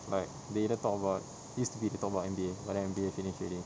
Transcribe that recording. like they either talk about used to be they talk about N_B_A but then N_B_A finished already